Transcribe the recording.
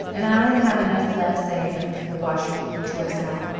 and i have enough left, said ann the washerwoman, to herself,